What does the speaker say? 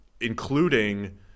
including